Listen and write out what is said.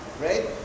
right